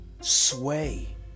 Sway